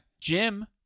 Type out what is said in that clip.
jim